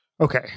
Okay